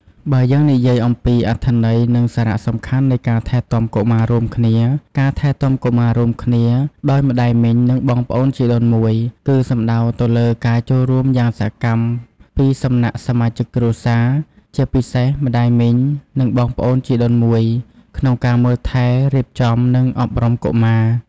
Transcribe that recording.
បើយើងនិយាយអំពី អត្ថន័យ និងសារៈសំខាន់នៃការថែទាំកុមាររួមគ្នា ការថែទាំកុមាររួមគ្នាដោយម្ដាយមីង និងបងប្អូនជីដូនមួយ គឺសំដៅទៅលើការចូលរួមយ៉ាងសកម្មពីសំណាក់សមាជិកគ្រួសារ ជាពិសេស ម្ដាយមីង និង បងប្អូនជីដូនមួយ ក្នុងការមើលថែ រៀបចំ និងអប់រំកុមារ។